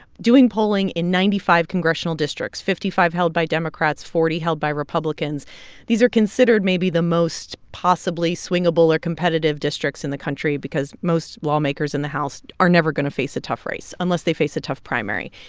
doing polling in ninety five congressional districts fifty five held by democrats, forty held by republicans these are considered maybe the most possibly swingable or competitive districts in the country because most lawmakers in the house are never going to face a tough race unless they face a tough primary.